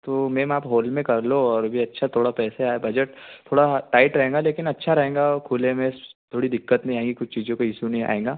तो मैम आप हॉल में कर लो और भी अच्छा थोड़ा पैसे आए बजट थोड़ा टाइट रहेगा लेकिन अच्छा रहेगा खुले में थोड़ी दिक्कत नहीं आएगी कुछ चीजों पर इशू नहीं आएगा